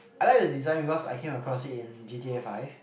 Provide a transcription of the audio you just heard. I like the design because I came across it in g_t_a five